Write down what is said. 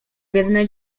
biedne